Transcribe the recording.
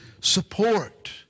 support